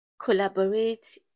Collaborate